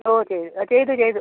ഓ ചെയ്തു അ ചെയ്തു ചെയ്തു